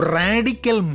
radical